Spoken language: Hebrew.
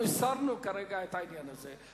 אנחנו הסרנו כרגע את העניין הזה,